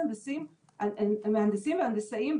מגייס מהנדסים והנדסאים,